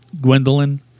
Gwendolyn